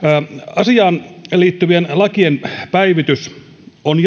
asiaan liittyvien lakien päivitys on